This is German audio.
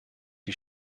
die